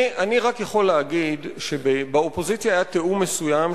אני רק יכול להגיד שבאופוזיציה היה תיאום מסוים,